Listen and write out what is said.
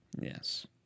Yes